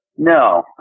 No